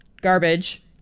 garbage